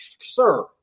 Sir